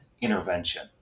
intervention